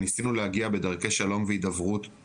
וניסינו להגיע בדרכי שלום להסכם